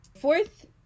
Fourth